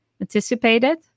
anticipated